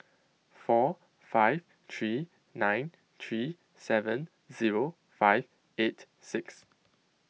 four five three nine three seven zero five eight six